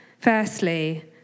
Firstly